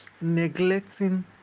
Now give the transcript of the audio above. neglecting